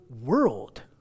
world